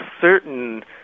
certain